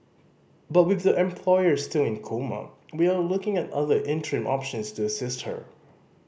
but with the employer still in coma we are looking at other interim options to assist her